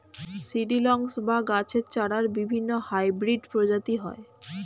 seedlings বা গাছের চারার বিভিন্ন হাইব্রিড প্রজাতি হয়